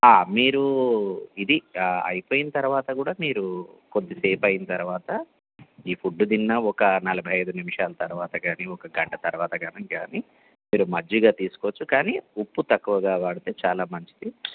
మీరు ఇది అయిపోయిన తర్వాత కూడా మీరు కొద్దిసేపయిన తర్వాత ఈ ఫుడ్ తిన్న ఒక నలభై ఐదు నిమిషాల తర్వాత గానీ ఒక గంట తర్వాత గనం కానీ మీరు మజ్జిగ తీసుకోవచ్చు కానీ ఉప్పు తక్కువగా వాడితే చాలా మంచిది